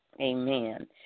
Amen